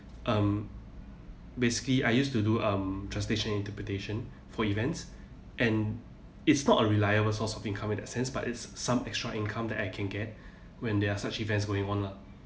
um basically I used to do um translation interpretation for events and it's not a reliable source of income in that sense but it's some extra income that I can get when there are such events going on lah